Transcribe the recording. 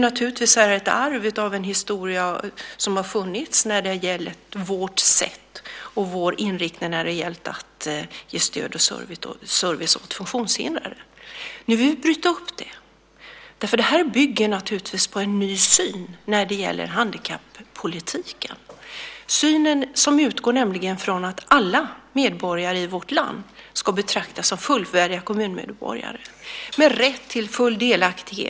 Det är ett arv av en historia som har funnits för vårt sätt och vår inriktning när det gällt att ge stöd och service åt funktionshindrade. Det vill vi nu bryta upp. Det bygger på en ny syn på handikappolitiken. Den utgår från att alla medborgare i vårt land ska betraktas som fullvärdiga kommunmedborgare med rätt till full delaktighet.